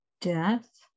death